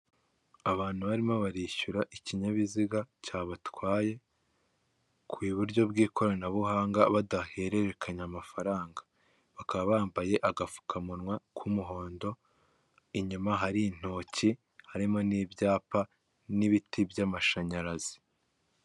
Abantu barimo barishyura ikinyabiziga cyabatwaye ku i buryo bw'ikoranabuhanga badahererekanya amafaranga, bakaba bambaye agapfukamunwa k'umuhondo, inyuma hari intoki harimo n'ibyapa, n'ibiti by'amashanyarazi.